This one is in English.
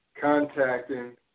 contacting